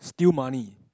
steal money